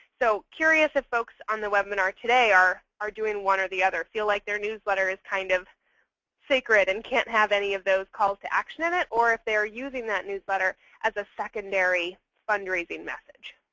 so curious if folks on the webinar today are doing one or the other feel like their newsletter is kind of sacred and can't have any of those calls to action in it, or if they're using that newsletter as a secondary fundraising message.